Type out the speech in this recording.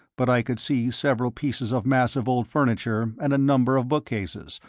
but i could see several pieces of massive old furniture and a number of bookcases,